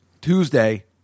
Tuesday